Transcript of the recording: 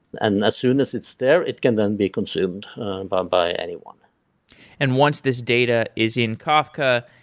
and as soon as it's there, it can then be consumed by by anyone and once this data is in kafka,